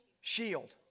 Shield